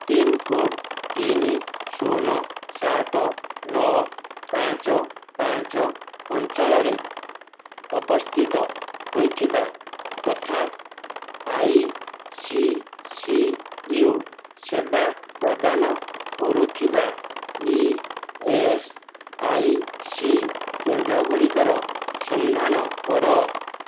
pincode ତିନି ଶୂନ ସାତ ନଅ ପାଞ୍ଚ ପାଞ୍ଚ ଅଞ୍ଚଳରେ ଅବସ୍ଥିତ ହୋଇଥିବା ତଥା ଆଇ ସି ସି ୟୁ ସେବା ପ୍ରଦାନ କରୁଥିବା ଇ ଏସ୍ ଆଇ ସି କେନ୍ଦ୍ର ଗୁଡ଼ିକର ସନ୍ଧାନ କର